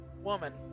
woman